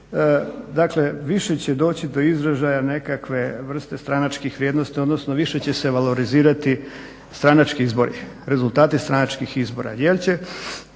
dakle više će doći do izražaja nekakve vrste stranačkih vrijednosti, odnosno više će se valorizirati stranački izbori, rezultati stranačkih izbora,